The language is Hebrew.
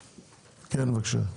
כן, בבקשה.